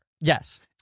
Yes